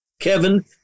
Kevin